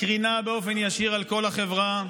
מקרינה באופן ישיר על כל החברה,